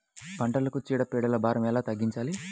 పంటలకు చీడ పీడల భారం ఎలా తగ్గించాలి?